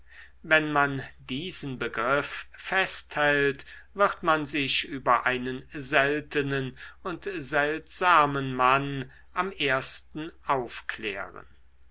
wenn man diesen begriff festhält wird man sich über einen seltenen und seltsamen mann am ersten aufklären